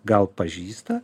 gal pažįsta